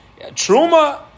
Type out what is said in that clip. Truma